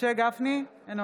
מר ליברמן, אותו